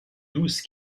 douce